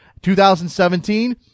2017